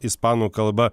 ispanų kalba